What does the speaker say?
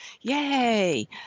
yay